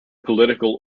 political